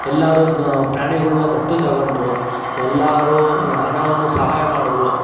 ಎಲ್ಲರೂ ಪ್ರಾಣಿಗಳನ್ನ ದತ್ತು ತಗೊಂಡ್ರು ಎಲ್ಲರೂ ಹಣವನ್ನು ಸಹಾಯ ಮಾಡಿದರು